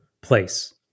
place